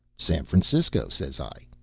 san francisco, says i.